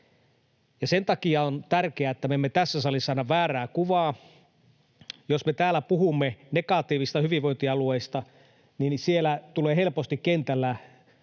sen takia on tärkeää, että me emme tässä salissa anna väärää kuvaa. Jos me täällä puhumme negatiivista hyvinvointialueista, siellä kentällä tulee helposti